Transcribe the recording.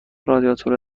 رادیاتور